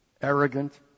arrogant